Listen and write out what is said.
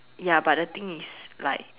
ya but the thing is like